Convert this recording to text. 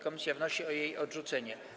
Komisja wnosi o jej odrzucenie.